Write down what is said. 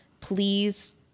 Please